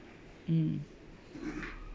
mm